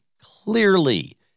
clearly